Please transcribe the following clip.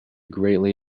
greatly